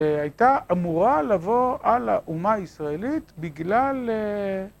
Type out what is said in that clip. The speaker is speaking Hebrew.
הייתה אמורה לבוא על האומה הישראלית בגלל...